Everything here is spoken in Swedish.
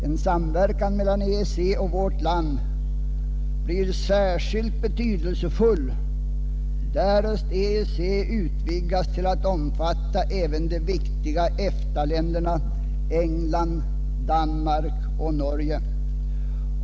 En samverkan mellan EEC och vårt land skulle bli särskilt betydelsefull därest EEC utvidgades till att omfatta även de viktiga EFTA-länderna England, Danmark och Norge.